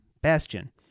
Bastion